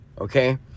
okay